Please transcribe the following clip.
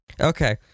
Okay